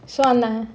சொன்ன:sonna